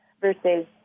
versus